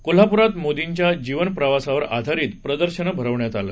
कोल्हाप्रात मोदीच्या जीवन प्रवासावर आधारित प्रदर्शनं भरवण्यात आलं